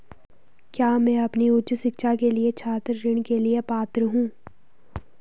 क्या मैं अपनी उच्च शिक्षा के लिए छात्र ऋण के लिए पात्र हूँ?